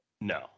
no